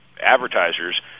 advertisers